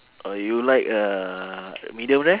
or you like uh medium rare